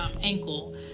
ankle